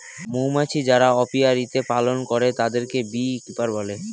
মৌমাছি যারা অপিয়ারীতে পালন করে তাদেরকে বী কিপার বলে